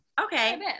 okay